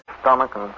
stomach